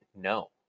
no